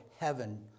heaven